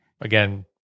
again